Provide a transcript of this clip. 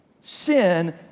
Sin